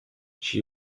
she